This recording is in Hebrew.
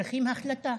צריכים החלטה,